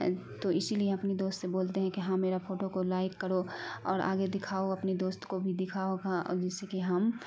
تو اسی لیے اپنی دوست سے بولتے ہیں کہ ہاں میرا پھوٹو کو لائک کرو اور آگے دکھاؤ اپنی دوست کو بھی دکھاؤ جس سے کہ ہم